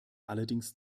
allerdings